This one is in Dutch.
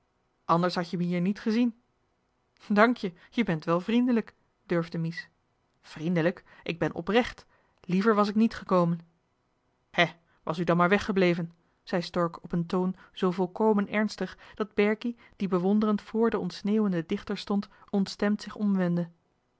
anders hadt je me hier niet gezien dank je je bent wel vriendelijk durfde mies vriendelijk ik ben oprecht liever was ik niet gekomen hè was u dan maar weggebleven zei stork op een toon zoo volkomen ernstig dat berkie die bewonderend vr den ontsneeuwenden dichter stond ontstemd zich